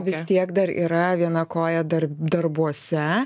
vis tiek dar yra viena koja dar darbuose